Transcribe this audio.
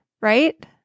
right